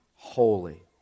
Holy